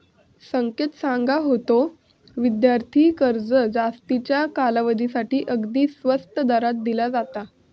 संकेत सांगा होतो, विद्यार्थी कर्ज जास्तीच्या कालावधीसाठी अगदी स्वस्त दरात दिला जाता